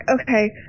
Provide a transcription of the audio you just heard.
Okay